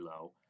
low